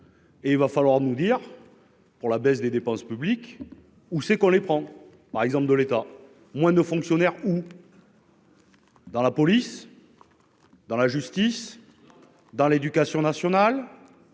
Et il va falloir nous dire pour la baisse des dépenses publiques où c'est qu'on les prend par exemple de l'État, moins de fonctionnaires ou. Dans la police, dans la justice dans l'Éducation nationale